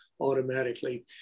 automatically